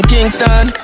Kingston